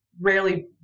rarely